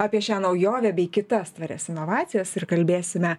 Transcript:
apie šią naujovę bei kitas tvarias inovacijas ir kalbėsime